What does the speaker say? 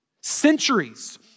Centuries